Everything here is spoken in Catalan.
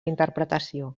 interpretació